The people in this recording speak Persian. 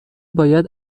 باید